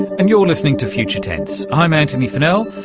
and you're listening to future tense, i'm antony funnell.